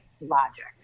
logic